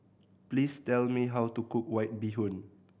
please tell me how to cook White Bee Hoon